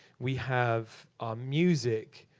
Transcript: we have our music,